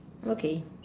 okay